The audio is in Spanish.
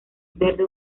verde